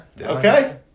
Okay